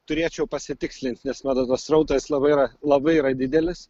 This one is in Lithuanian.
turėčiau pasitikslint nes matot tas srautas labai yra labai yra didelis